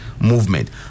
movement